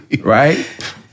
Right